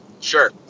Sure